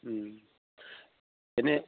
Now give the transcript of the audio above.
এনে